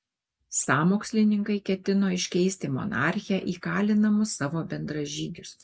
sąmokslininkai ketino iškeisti monarchę į kalinamus savo bendražygius